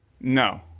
No